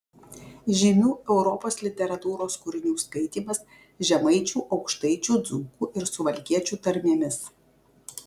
žymių europos literatūros kūrinių skaitymas žemaičių aukštaičių dzūkų ir suvalkiečių tarmėmis